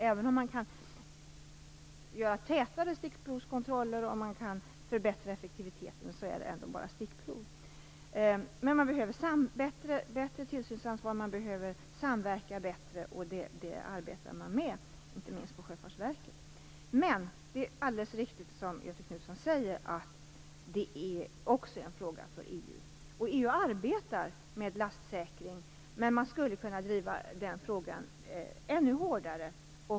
Även om man kan göra tätare stickprovskontroller och förbättra effektiviteten rör det sig ändå bara om stickprov. Det behövs ett större tillsynsansvar och en bättre samverkan, och det arbetar man med, inte minst på Sjöfartsverket. Men - och det är alldeles riktigt som Göthe Knutson säger - detta är också en fråga för EU. EU arbetar med lastsäkring, men man skulle kunna driva den frågan ännu hårdare.